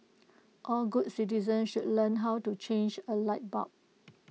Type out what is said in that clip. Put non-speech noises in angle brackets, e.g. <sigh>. <noise> all good citizens should learn how to change A light bulb